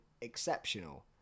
exceptional